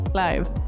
live